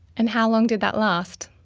and how long did that last?